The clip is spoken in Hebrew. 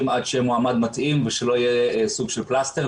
עד שיהיה מועמד מתאים ושלא יהיה סוג של פלסטר,